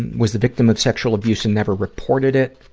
and was the victim of sexual abuse and never reported it.